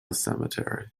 cemetery